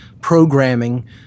programming